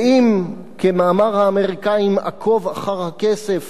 ואם, כמאמר האמריקנים: עקוב אחר הכסף